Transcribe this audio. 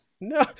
No